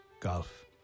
Golf